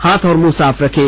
हाथ और मुंह साफ रखें